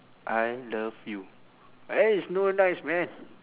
I love you eh it's not nice man